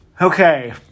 okay